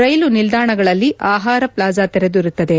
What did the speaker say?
ರೈಲು ನಿಲ್ಪಾಣಗಳಲ್ಲಿ ಆಹಾರ ಫ್ಲಾಜ ತೆರೆದಿರುತ್ತದೆ